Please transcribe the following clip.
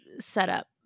setup